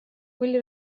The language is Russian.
были